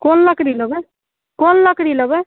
कोन लकड़ी लेबै कोन लकड़ी लेबै